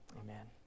amen